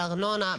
על ארנונה,